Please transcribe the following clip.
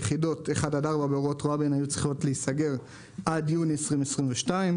יחידות 4-1 באורות רבין היו צריכות להיסגר עד יוני 2022,